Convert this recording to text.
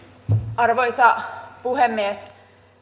arvoisa puhemies